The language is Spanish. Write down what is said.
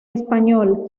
español